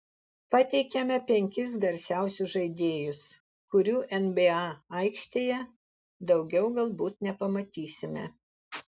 pateikiame penkis garsiausius žaidėjus kurių nba aikštėje daugiau galbūt nepamatysime